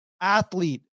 athlete